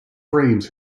frames